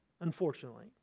unfortunately